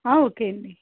okay అండి